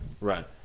Right